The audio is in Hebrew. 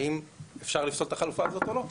האם אפשר לפסול את החלופה הזאת או לא,